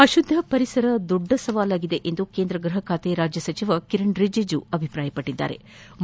ಅಶುದ್ದ ಪರಿಸರ ದೊಡ್ಡ ಸವಾಲಾಗಿದೆ ಎಂದು ಕೇಂದ್ರ ಗೃಹ ಖಾತೆ ರಾಜ್ಯ ಸಚಿವ ಕಿರಣ್ ರಿಜೀಜು ಅಭಿಪ್ರಾಯಪಟ್ಟದ್ದಾರೆ